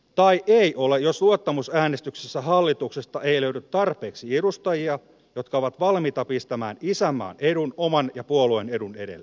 tai eivät ole jos luottamusäänestyksessä hallituksesta ei löydy tarpeeksi edustajia jotka ovat valmiita pistämään isänmaan edun oman ja puolueen edun edelle